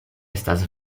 estas